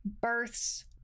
births